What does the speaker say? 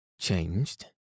Changed